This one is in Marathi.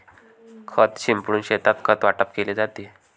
खत शिंपडून शेतात खत वाटप केले जाते